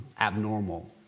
abnormal